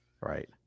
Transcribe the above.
Right